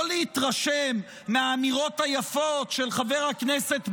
להתרשם מהאמירות היפות של חבר הכנסת בוארון.